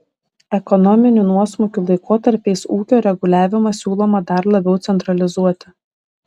ekonominių nuosmukių laikotarpiais ūkio reguliavimą siūloma dar labiau centralizuoti